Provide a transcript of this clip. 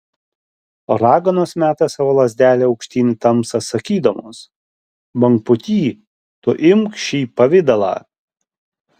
raganos meta savo lazdelę aukštyn į tamsą sakydamos bangpūty tu imk šį pavidalą